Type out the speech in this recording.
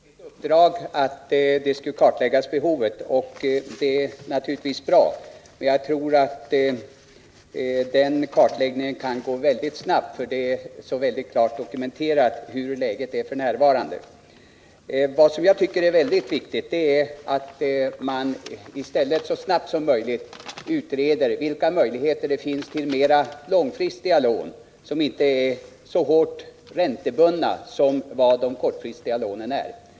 Herr talman! Jordbruksministern har gett lantbruksstyrelsen i uppdrag att kartlägga situationen, och det är naturligtvis bra. Men jag tror att den kartläggningen kan gå mycket snabbt, för det är utomordentligt klart dokumenterat hur läget är f. n. Vad jag tycker är synnerligen viktigt är att man i stället så snabbt som möjligt utreder vilka möjligheter det finns till mera långfristiga lån som inte är så hårt bundna till diskontot som de kortfristiga lånen är.